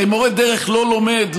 הרי מורה דרך לא לומד לבשל,